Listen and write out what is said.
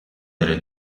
delle